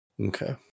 Okay